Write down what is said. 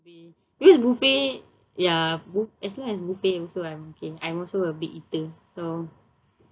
buffet because buffet ya bu~ as long as buffet also I'm okay I'm also a big eater so